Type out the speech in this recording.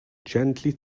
gently